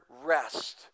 rest